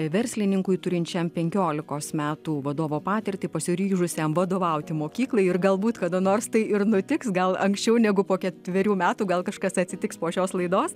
verslininkui turinčiam penkiolikos metų vadovo patirtį pasiryžusiam vadovauti mokyklai ir galbūt kada nors tai ir nutiks gal anksčiau negu po ketverių metų gal kažkas atsitiks po šios laidos